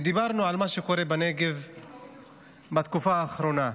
ודיברנו על מה שקורה בנגב בתקופה האחרונה.